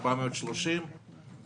430 שקל.